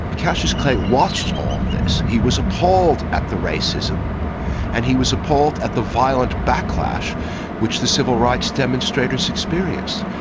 but cassius clay watched all of this. he was appalled at the racism and he was appalled at the violent backlash which the civil rights demonstrators experienced.